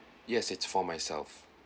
yes it's for myself